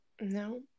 No